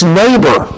neighbor